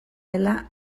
dela